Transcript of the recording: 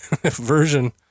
version